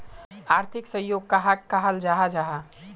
आर्थिक सहयोग कहाक कहाल जाहा जाहा?